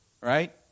Right